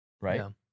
right